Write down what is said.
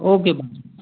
okay